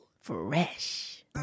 Fresh